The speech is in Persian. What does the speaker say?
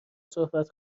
صحبت